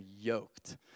yoked